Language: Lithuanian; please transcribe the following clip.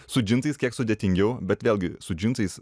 su džinsais kiek sudėtingiau bet vėlgi su džinsais